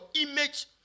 image